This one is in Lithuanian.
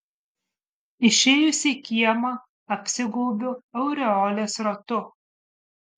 išėjusi į kiemą apsigaubiu aureolės ratu